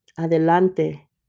adelante